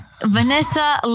Vanessa